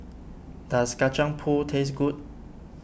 does Kacang Pool taste good